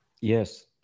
Yes